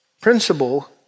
principle